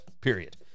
Period